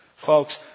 Folks